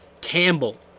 Campbell